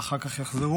ואחר כך יחזרו,